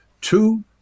two